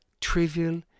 trivial